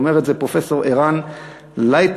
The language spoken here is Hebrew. אומר את זה פרופסור ערן לייטרסדורף,